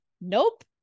nope